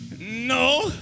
no